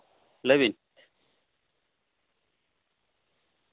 ᱞᱟᱹᱭ ᱵᱤᱱ